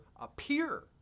appear